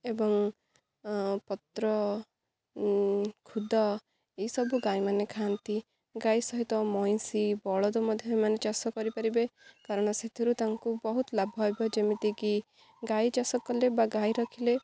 ଏବଂ ପତ୍ର ଖୁଦ ଏସବୁ ଗାଈମାନେ ଖାଆନ୍ତି ଗାଈ ସହିତ ମଇଁଷି ବଳଦ ମଧ୍ୟ ଏମାନେ ଚାଷ କରିପାରିବେ କାରଣ ସେଥିରୁ ତାଙ୍କୁ ବହୁତ ଲାଭ ହେବ ଯେମିତିକି ଗାଈ ଚାଷ କଲେ ବା ଗାଈ ରଖିଲେ